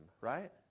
right